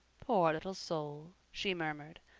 poor little soul, she murmured,